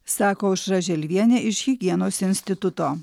sako aušra želvienė iš higienos instituto